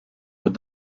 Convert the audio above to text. with